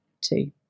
two